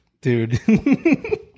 Dude